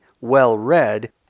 well-read